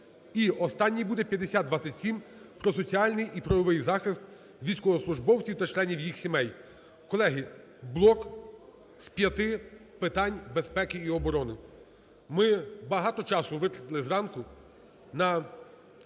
І останній буде 5027: про соціальний і правовий захист військовослужбовців та членів їх сімей. Колеги, блок з п'яти питань безпеки і оборони. Ми багато часу витратили зранку на